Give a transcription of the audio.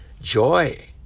joy